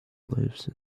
lives